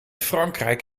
frankrijk